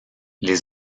les